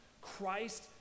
Christ